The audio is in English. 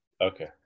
Okay